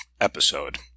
episode